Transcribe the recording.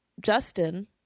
Justin